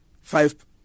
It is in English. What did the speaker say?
five